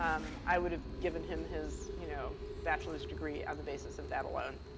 um i would have given him his you know bachelor's degree on the basis of that alone.